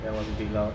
that was a bit loud